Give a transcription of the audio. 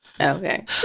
Okay